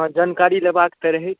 हँ जानकारी लेबाक तऽ रहय